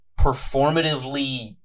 performatively